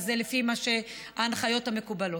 אז לפי ההנחיות המקובלות.